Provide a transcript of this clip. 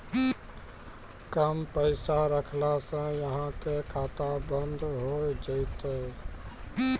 कम पैसा रखला से अहाँ के खाता बंद हो जैतै?